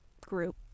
group